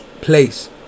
place